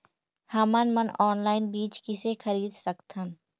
हमन मन ऑनलाइन बीज किसे खरीद सकथन?